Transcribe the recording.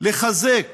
לחזק